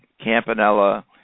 Campanella